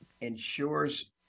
ensures